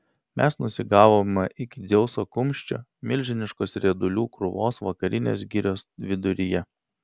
mes nusigavome iki dzeuso kumščio milžiniškos riedulių krūvos vakarinės girios viduryje